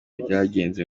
byagenze